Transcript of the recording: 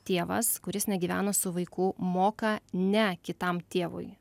tėvas kuris negyvena su vaiku moka ne kitam tėvui